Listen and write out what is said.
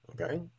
Okay